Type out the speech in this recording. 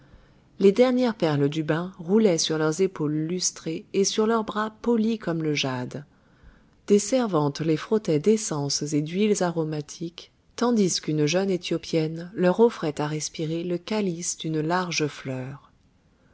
les dernières perles du bain roulaient sur leurs épaules lustrées et sur leurs bras polis comme le jade des servantes les frottaient d'essences et d'huiles aromatiques tandis qu'une jeune éthiopienne leur offrait à respirer le calice d'une large fleur